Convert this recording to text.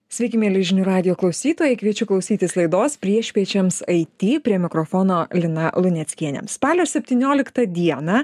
sveiki mieli žinių radijo klausytojai kviečiu klausytis laidos priešpiečiams it prie mikrofono lina luneckienė spalio septynioliktą dieną